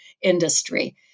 industry